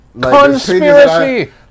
Conspiracy